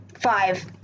Five